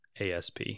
ASP